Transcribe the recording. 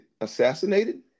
assassinated